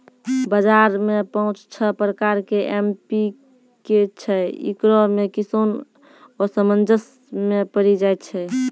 बाजार मे पाँच छह प्रकार के एम.पी.के छैय, इकरो मे किसान असमंजस मे पड़ी जाय छैय?